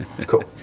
cool